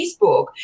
Facebook